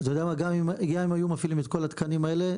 גם אם היו מפעילים את כל התקנים האלה,